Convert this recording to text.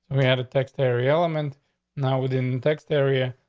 we had a text terry element now within text area.